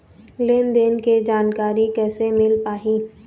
लेन देन के जानकारी कैसे मिल पाही?